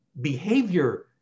behavior